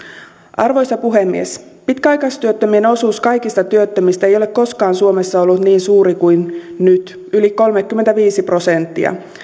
arvoisa puhemies pitkäaikaistyöttömien osuus kaikista työttömistä ei ei ole koskaan suomessa ollut niin suuri kuin nyt yli kolmekymmentäviisi prosenttia